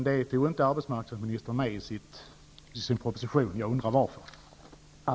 Det tog inte arbetsmarknadsministern med i sin proposition. Jag undrar varför.